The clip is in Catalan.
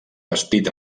bastit